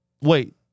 Wait